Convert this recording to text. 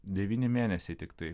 devyni mėnesiai tiktai